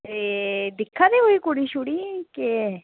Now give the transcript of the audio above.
ते दिक्खा देओ कुड़ी छुड़ी केह्